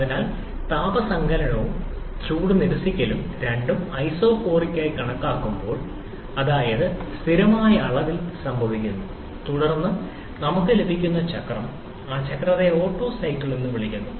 അതിനാൽ താപ സങ്കലനവും ചൂട് നിരസിക്കലും രണ്ടും ഐസോകോറിക് ആയി കണക്കാക്കുമ്പോൾ അതായത് സ്ഥിരമായ അളവിൽ സംഭവിക്കുന്നു തുടർന്ന് നമുക്ക് ലഭിക്കുന്ന ചക്രം ആ ചക്രത്തെ ഓട്ടോ സൈക്കിൾ എന്ന് വിളിക്കുന്നു